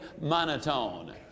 monotone